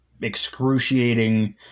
excruciating